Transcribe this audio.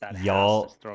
Y'all